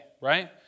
right